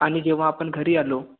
आणि जेव्हा आपण घरी आलो